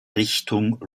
richtung